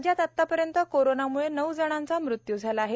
राज्यात आतापर्यंत कोरोनामुळे नऊ जणांचा मृत्यू झाला आहे